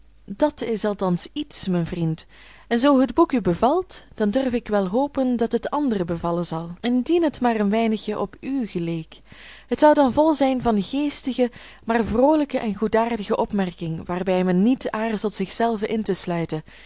dat is althans iets mijn vriend en zoo het boek u bevalt dan durf ik wel hopen dat het anderen bevallen zal indien het maar een weinigjen op u geleek het zou dan vol zijn van geestige maar vroolijke en goedaardige opmerking waarbij men niet aarzelt zichzelven in te sluiten